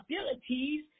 abilities